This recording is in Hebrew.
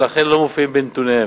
ולכן לא מופיעים בנתוניהם.